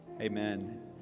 Amen